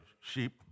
sheep